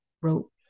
wrote